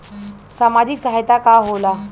सामाजिक सहायता का होला?